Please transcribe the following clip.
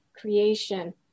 creation